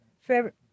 favorite